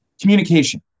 Communication